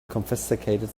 confiscated